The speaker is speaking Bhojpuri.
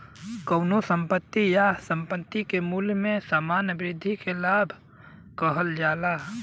कउनो संपत्ति या संपत्ति के मूल्य में सामान्य वृद्धि के लाभ कहल जाला